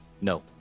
no